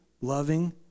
loving